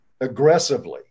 aggressively